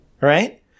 Right